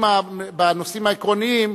בנושאים העקרוניים,